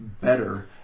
better